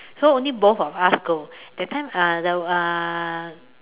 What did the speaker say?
so only both of us go that time uh the uh